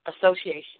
association